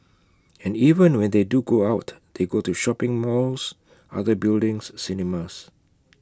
and even when they do go out they go to shopping malls other buildings cinemas